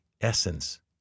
essence